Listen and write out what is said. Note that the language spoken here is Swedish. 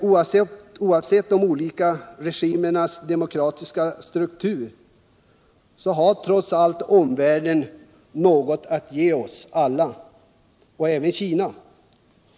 Oavsett olika regimers demokratiska strukturer har trots allt omvärlden något att ge oss alla, även Kina.